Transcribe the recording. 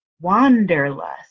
Wanderlust